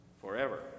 forever